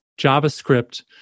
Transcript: JavaScript